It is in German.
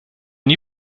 nie